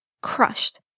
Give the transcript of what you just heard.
Crushed